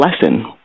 lesson